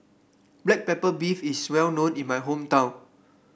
Black Pepper Beef is well known in my hometown